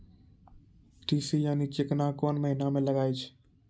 तीसी यानि चिकना कोन महिना म लगाय छै?